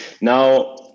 now